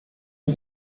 für